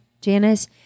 Janice